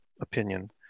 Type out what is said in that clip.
opinion